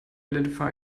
identify